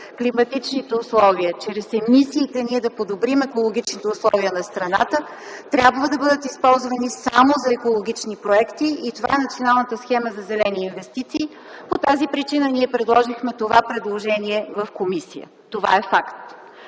климатичните условия чрез емисиите ние да подобрим екологичните условия на страната, трябва да бъдат използвани само за екологични проекти и това е Националната схема за зелени инвестиции. По тази причина ние направихме това предложение в комисията. Това е факт.